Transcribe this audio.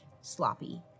sloppy